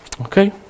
Okay